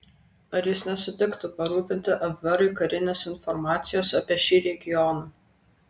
ar jis nesutiktų parūpinti abverui karinės informacijos apie šį regioną